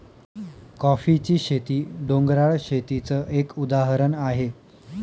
कॉफीची शेती, डोंगराळ शेतीच एक उदाहरण आहे